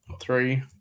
Three